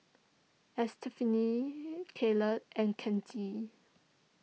Estefani Kayley and Kenji